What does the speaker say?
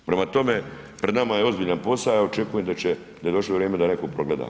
Prema tome, pred nama je ozbiljan posa ja očekujem da će, da je došlo vrijeme da netko progleda.